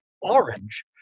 orange